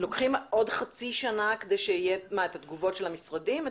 לוקחים עוד חצי שנה כדי לקבל את התגובות של המשרדים?